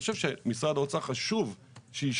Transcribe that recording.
אני חושב שמשרד האוצר, חשוב שישמע.